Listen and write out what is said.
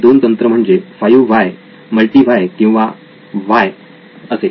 ते दोन तंत्र म्हणजे 5 व्हाय मल्टि व्हाय किंवा व्हाय असे